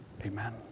amen